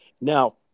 Now